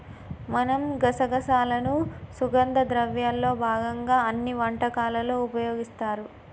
మనం గసగసాలను సుగంధ ద్రవ్యాల్లో భాగంగా అన్ని వంటకాలలో ఉపయోగిస్తారు